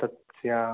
तस्य